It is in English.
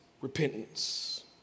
repentance